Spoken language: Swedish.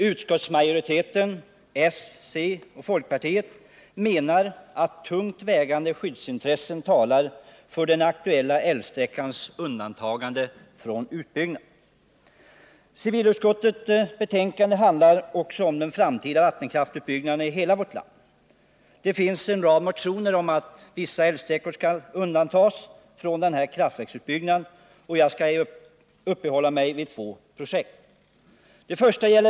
Utskottsmajoriteten — socialdemokraterna, centerpartisterna och folkpartisterna — menar att tungt vägande intressen talar för den aktuella älvsträckans undantagande från utbyggnad. Civilutskottets betänkande handlar också om den framtida vattenkraftsutbyggnaden i hela vårt land. Det finns en rad motioner om att vissa älvsträckor skall undantas från kraftverksutbyggnad. Jag skall uppehålla mig vid två projekt.